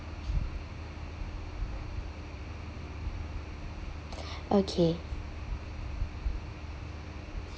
okay